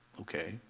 Okay